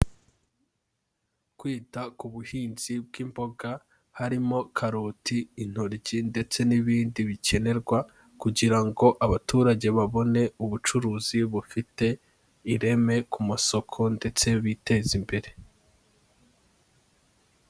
Kwita ku buhinzi bw'imboga, harimo karoti, intoryi ndetse n'ibindi bikenerwa kugira ngo abaturage babone ubucuruzi bufite ireme ku masoko ndetse biteze imbere.